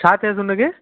छा थियसि हुनखे